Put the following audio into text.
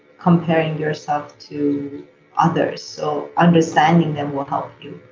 comparing yourself to others. so, understanding them will help you.